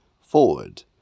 Forward